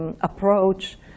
Approach